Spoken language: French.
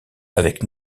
avec